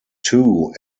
two